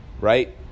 right